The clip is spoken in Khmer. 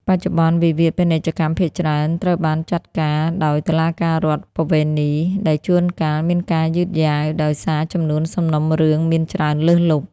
បច្ចុប្បន្ន វិវាទពាណិជ្ជកម្មភាគច្រើនត្រូវបានចាត់ការដោយតុលាការរដ្ឋប្បវេណី ដែលជួនកាលមានការយឺតយ៉ាវដោយសារចំនួនសំណុំរឿងមានច្រើនលើសលប់។